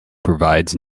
provides